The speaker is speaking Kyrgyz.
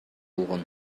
болгон